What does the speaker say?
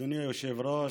אדוני היושב-ראש,